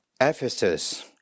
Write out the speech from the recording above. Ephesus